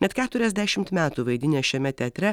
net keturiasdešimt metų vaidinęs šiame teatre